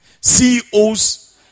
CEOs